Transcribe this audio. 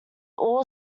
all